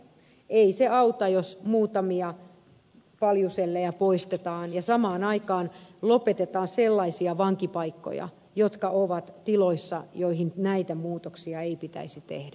ei se auta jos muutamia paljusellejä poistetaan ja samaan aikaan lopetetaan sellaisia vankipaikkoja jotka ovat tiloissa joihin näitä muutoksia ei pitäisi tehdä